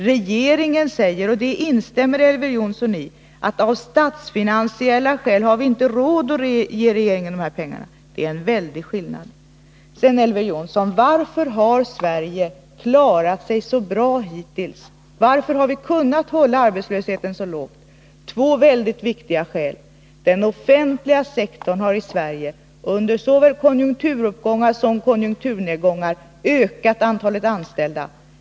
Regeringen säger — och det instämmer Elver Jonsson i — att av statsfinansiella skäl har vi inte råd att ge arbetsmarknadsstyrelsen de här pengarna. Det är en väldig skillnad. Vidare, Elver Jonsson: Varför har Sverige klarat sig så bra hittills? Varför har vi kunnat hålla arbetslösheten så låg? Två mycket viktiga skäl: Den offentliga sektorn har i Sverige under såväl konjunkturuppgångar som konjunkturnedgångar ökat antalet anställda.